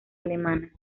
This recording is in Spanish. alemana